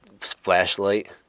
flashlight